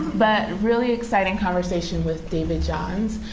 but a really exciting conversation with david johns,